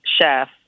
chef